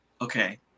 okay